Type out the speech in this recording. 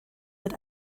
mit